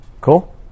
Cool